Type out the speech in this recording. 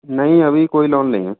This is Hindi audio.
नहीं अभी कोई लोन नहीं है